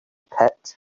pit